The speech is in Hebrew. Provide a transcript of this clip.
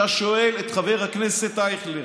אתה שואל את חבר הכנסת אייכלר.